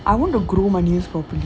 I want to grow my nails properly